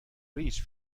ریچ